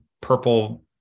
purple